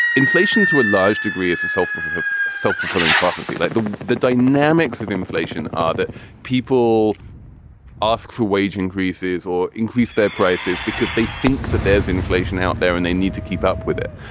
inflation, to a large degree is a of self-fulfilling prophecy, like the the dynamics of inflation are that people ask for wage increases or increase their prices because they think that there's inflation out there and they need to keep up with it.